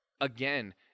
again